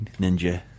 ninja